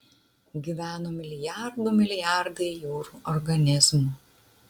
gyveno milijardų milijardai jūrų organizmų